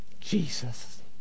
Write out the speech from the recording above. Jesus